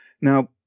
Now